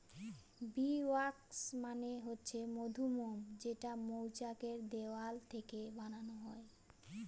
bee wax মানে হচ্ছে মধুমোম যেটা মৌচাক এর দেওয়াল থেকে বানানো হয়